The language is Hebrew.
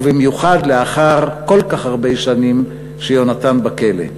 ובמיוחד לאחר כל כך הרבה שנים שיהונתן בכלא.